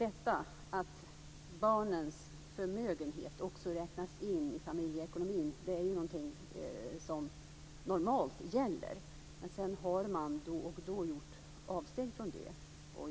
Att barnens förmögenhet också räknas in i familjeekonomin är något som normalt gäller, men då och då har avsteg gjorts.